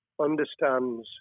understands